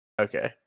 Okay